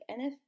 nfp